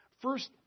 First